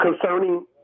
Concerning